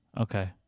Okay